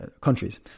countries